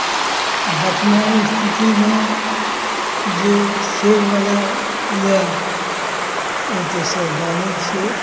वर्तमान स्थितिमे जे शेअर बजार अइ ओ तऽ सब जानै छिए